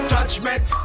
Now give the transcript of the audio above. Judgment